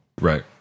Right